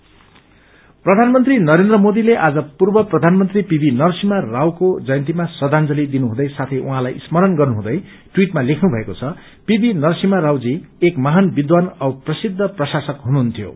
नरसिम्हा राव प्रधानमन्त्री नरेन्द्र मोदीले आज पूर्व प्रधानमन्त्री पीवी नरसिम्हा रावको जयन्तीमा श्रद्धांली दिनुहुँदै साथै उहाँलाई स्मरण गर्नुहुँदै श्री मोदीले ट्वीटमा लेख्नुभएको छ पीवी नरसिम्हा राव जी एक महान विद्वान औ प्रसिद्ध प्रशासक हुनुहुन्थ्यो